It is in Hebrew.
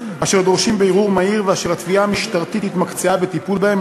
אשר דורשים בירור מהיר ואשר התביעה המשטרתית התמקצעה בטיפול בהם,